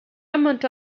amount